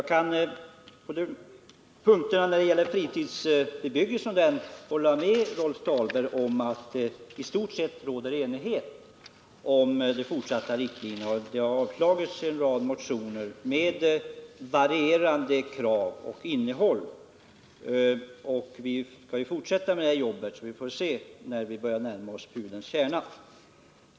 Fru talman! När det gäller fritidsbebyggelse kan jag hålla med Rolf Dahlberg om att det i stort sett råder enighet om de framtida riktlinjerna. En rad motioner med varierande krav och innehåll har avstyrkts. Vi skall ju fortsätta med det här arbetet, och vi får se när vi börjar närma oss pudelns kärna.